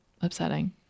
upsetting